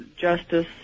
justice